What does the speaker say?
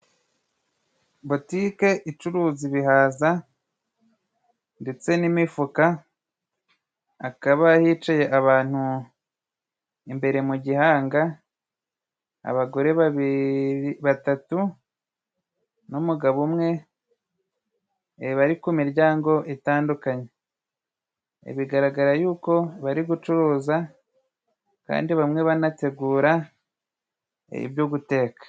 Botike icuruza ibihaza ndetse n'imifuka, hakaba hicaye abantu imbere mu gihanga. Abagore batatu n'umugabo umwe bari ku miryango itandukanye, bigaragara yuko bari gucuruza kandi bamwe banategura ibyo guteka.